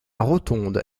rotonde